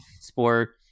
sport